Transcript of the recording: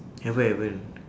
haven't haven't